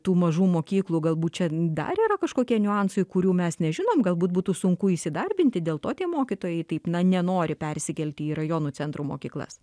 tų mažų mokyklų galbūt čia dar yra kažkokie niuansai kurių mes nežinom galbūt būtų sunku įsidarbinti dėl to tie mokytojai taip na nenori persikelti į rajonų centrų mokyklas